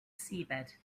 seabed